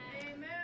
amen